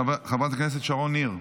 חברת הכנסת שרון ניר,